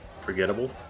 Forgettable